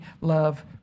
love